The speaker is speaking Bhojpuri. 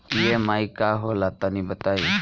ई.एम.आई का होला तनि बताई?